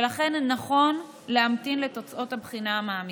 לכן נכון להמתין לתוצאות הבחינה המעמיקה.